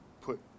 put